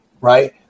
right